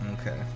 Okay